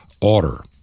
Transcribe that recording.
order